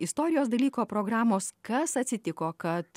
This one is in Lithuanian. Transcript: istorijos dalyko programos kas atsitiko kad